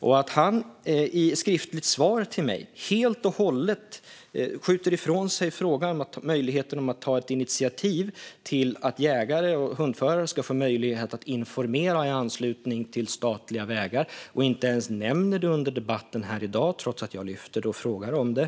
I svaret till mig skjuter han helt och hållet ifrån sig frågan om möjligheten att ta initiativ till att jägare och hundförare ska få möjlighet att informera i anslutning till statliga vägar och nämner det inte ens senare i debatten, trots att jag lyfter det och frågar om det.